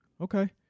Okay